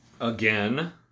Again